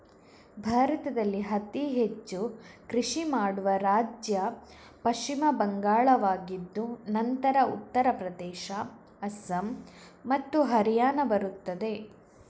ಭಾರತದಲ್ಲಿ ಅತಿ ಹೆಚ್ಚು ಕೃಷಿ ಮಾಡುವ ರಾಜ್ಯ ಪಶ್ಚಿಮ ಬಂಗಾಳವಾಗಿದ್ದು ನಂತರ ಉತ್ತರ ಪ್ರದೇಶ, ಅಸ್ಸಾಂ ಮತ್ತು ಹರಿಯಾಣ ಬರುತ್ತದೆ